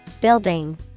building